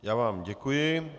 Já vám děkuji.